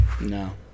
No